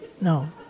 No